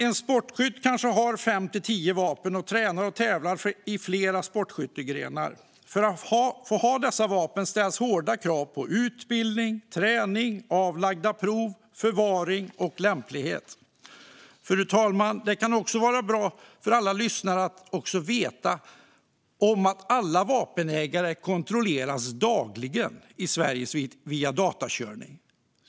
En sportskytt kanske har fem till tio vapen och tränar och tävlar i flera sportskyttegrenar. För att få ha dessa vapen ställs hårda krav på utbildning, träning, avlagda prov, förvaring och lämplighet. Det kan också vara bra för alla lyssnare att veta att alla vapenägare i Sverige kontrolleras dagligen via datakörning.